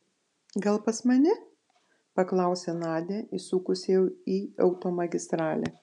gal pas mane paklausė nadia įsukusi į automagistralę